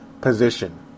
position